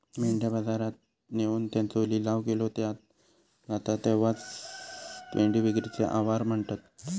मेंढ्या बाजारात नेऊन त्यांचो लिलाव केलो जाता त्येकाचं मेंढी विक्रीचे आवार म्हणतत